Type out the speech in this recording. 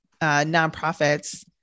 nonprofits